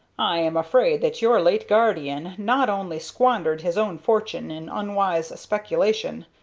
i am afraid that your late guardian not only squandered his own fortune in unwise speculation,